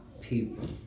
people